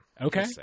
Okay